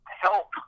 help